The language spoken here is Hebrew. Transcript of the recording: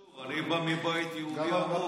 לא קשור, אני בא מבית יהודי עמוק,